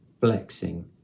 flexing